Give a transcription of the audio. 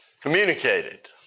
communicated